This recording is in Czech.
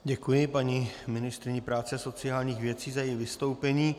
Děkuji paní ministryni práce a sociálních věcí za její vystoupení.